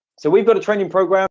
so we've got a training program